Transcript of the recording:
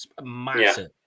Massive